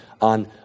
on